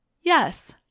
Yes